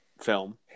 film